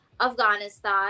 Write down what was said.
Afghanistan